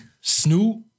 Snoop